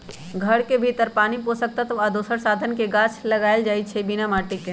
घर के भीतर पानी पोषक तत्व आ दोसर साधन से गाछ लगाएल जाइ छइ बिना माटिके